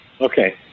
Okay